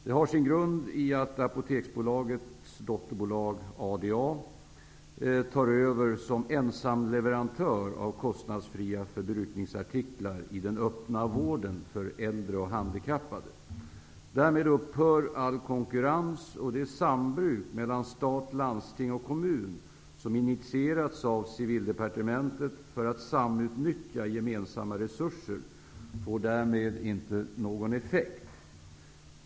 Det har sin grund i att Apoteksbolagets dotterbolag ADA tar över som ensamleverantör av kostnadsfria förbrukningsartiklar i den öppna vården för äldre och handikappade. Därmed upphör all konkurrens, och det sambruk mellan stat, landsting och kommun som initierats av Civildepartementet för att samutnyttja gemensamma resurser får därmed inte någon effekt.